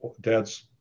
dads